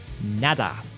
nada